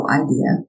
idea